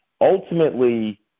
ultimately